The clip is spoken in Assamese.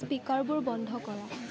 স্পিকাৰবোৰ বন্ধ কৰা